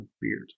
beard